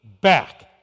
back